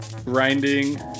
grinding